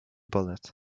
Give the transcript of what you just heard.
bullet